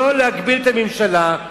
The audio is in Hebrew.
לא להגביל את הממשלה,